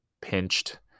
pinched